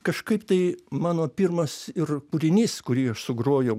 kažkaip tai mano pirmas ir kūrinys kurį aš sugrojau